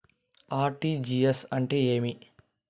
RTGS అంటే ఏమి?